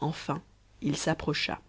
enfin il s'approcha